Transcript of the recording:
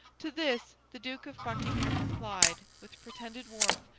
to this the duke of buckingham replied, with pretended warmth,